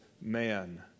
man